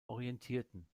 orientierten